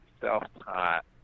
self-taught